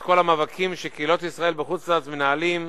את כל המאבקים שקהילות ישראל בחו"ל מנהלות.